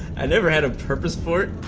and ever had a purpose for